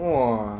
!wah!